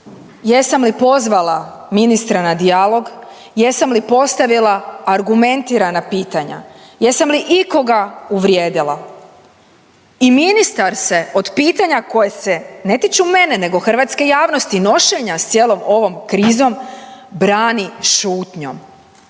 jesam li pozvala ministra na dijalog, jesam li postavila argumentirana pitanja, jesam li ikoga uvrijedila? I ministar se od pitanja koje se ne tiču mene nego hrvatske javnosti, nošenja s cijelom ovom krizom brani šutnjom.